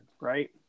right